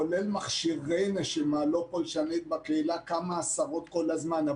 כולל מכשירי נשימה לא פולשנית בקהילה כמה עשרות כל הזמן,